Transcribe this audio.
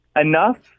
enough